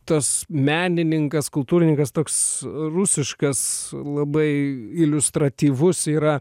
tas menininkas kultūrininkas toks rusiškas labai iliustratyvus yra